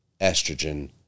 estrogen